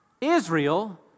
Israel